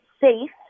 safe